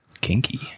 Kinky